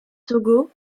togo